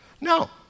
No